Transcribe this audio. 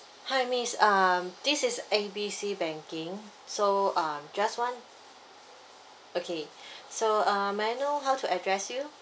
hi miss um this is A B C banking so um just want okay so um may I know how to address you